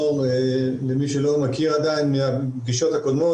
למי שלא מכיר מהפגישות הקודמות,